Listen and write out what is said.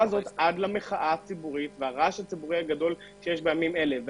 זאת עד למחאה הציבורית שיש בימים אלה.